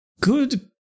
Good